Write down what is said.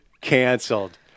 canceled